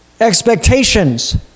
expectations